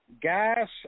gas